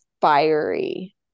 fiery